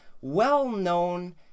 well-known